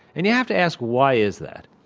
and you have to ask why is that.